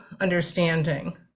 understanding